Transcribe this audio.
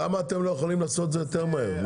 למה אתם לא יכולים לעשות את זה יותר מהר?